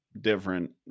different